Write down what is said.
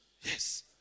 Yes